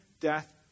death